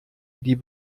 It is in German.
die